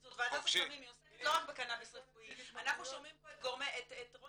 זאת ועדת הסמים היא עוסקת לא רק בקנאביס רפואי אנחנו שומעים פה את רוני